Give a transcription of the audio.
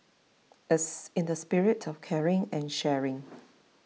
it's in the spirit of caring and sharing